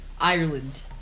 Ireland